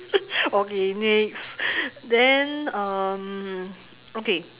okay next then um okay